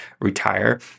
retire